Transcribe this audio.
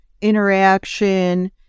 interaction